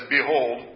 Behold